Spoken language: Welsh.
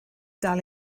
dal